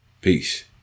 Peace